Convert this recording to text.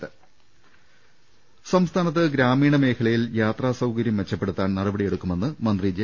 ്്്്്്്് സംസ്ഥാനത്ത് ഗ്രാമീണ മേഖലയിൽ യാത്രാസൌകര്യം മെച്ചപ്പെട്ട ടുത്താൻ നടപടിയെടുക്കുമെന്ന് മന്ത്രി ജെ